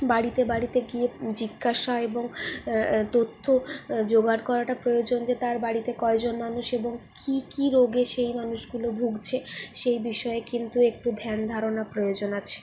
বাড়িতে বাড়িতে গিয়ে জিজ্ঞাসা এবং তথ্য জোগাড় করাটা প্রয়োজন যে তার বাড়িতে কয়জন মানুষ এবং কী কী রোগে সেই মানুষগুলো ভুগছে সেই বিষয়ে কিন্তু একটু ধ্যান ধারণা প্রয়োজন আছে